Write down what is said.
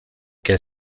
que